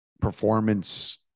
performance